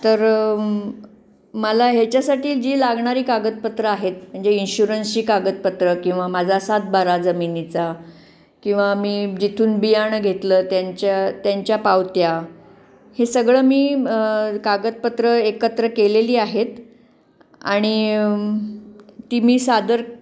तर मला ह्याच्यासाठी जी लागणारी कागदपत्रं आहेत म्हणजे इन्शुरन्सची कागदपत्र किंवा माझा सातबारा जमिनीचा किंवा मी जिथून बियाणं घेतलं त्यांच्या त्यांच्या पावत्या हे सगळं मी कागदपत्रं एकत्र केलेली आहेत आणि ती मी सादर